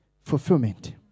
fulfillment